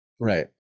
right